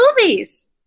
movies